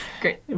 Great